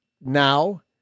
now